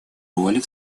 роль